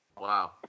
wow